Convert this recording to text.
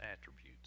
attributes